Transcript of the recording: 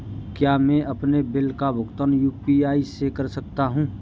क्या मैं अपने बिल का भुगतान यू.पी.आई से कर सकता हूँ?